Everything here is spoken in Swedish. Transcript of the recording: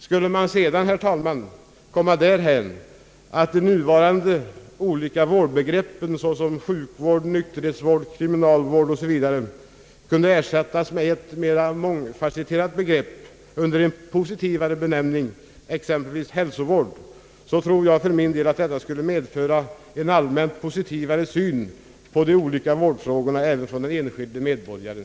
Skulle man sedan, herr talman, komma dithän att nuvarande olika vårdbegrepp, såsom sjukvård, nykterhetsvård och kriminalvård, kunde ersättas med ett mera mångfasetterat begrepp, exempelvis hälsovård, tror jag för min del att detta skulle medföra en allmänt positivare syn på de olika vårdfrågorna även hos den enskilde medborgaren.